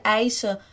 eisen